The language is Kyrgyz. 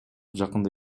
жакында